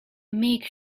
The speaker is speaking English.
meek